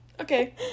Okay